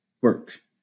work